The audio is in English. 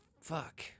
Fuck